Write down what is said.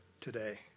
today